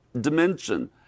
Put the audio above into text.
dimension